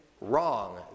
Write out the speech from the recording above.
wrong